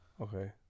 Okay